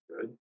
good